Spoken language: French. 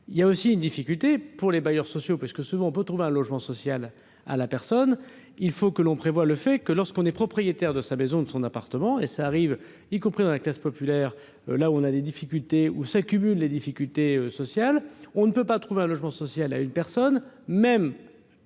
Il y a aussi une difficulté pour les bailleurs sociaux, parce que souvent on peut trouver un logement social à la personne, il faut que l'on prévoit le fait que lorsqu'on est propriétaire de sa maison, de son appartement et ça arrive, y compris dans la classe populaire là où on a des difficultés où s'accumulent les difficultés sociales, on ne peut pas trouver un logement social à une personne, même